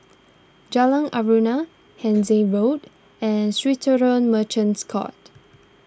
Jalan Aruan Hindhede Walk and Swissotel Merchants Court